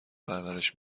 پرورش